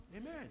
Amen